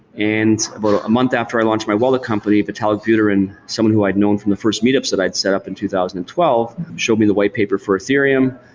and about a month after i launched my wallet company, vitalik buterin, someone who i'd known from the first meetups that i had setup in two thousand and twelve showed me the whitepaper for ethereum.